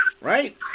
right